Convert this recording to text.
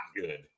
good